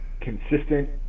consistent